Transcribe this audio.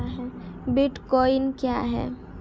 Bitcoin क्या है?